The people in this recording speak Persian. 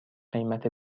قیمت